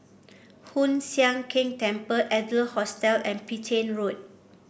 Hoon Sian Keng Temple Adler Hostel and Petain Road